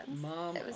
Mom